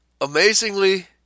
Amazingly